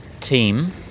Team